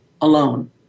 alone